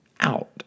out